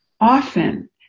often